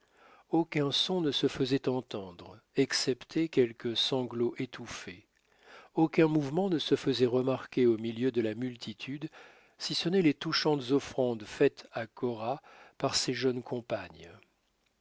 aucun son ne se faisait entendre excepté quelques sanglots étouffés aucun mouvement ne se faisait remarquer au milieu de la multitude si ce n'est les touchantes offrandes faites à cora par ses jeunes compagnes